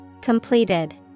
Completed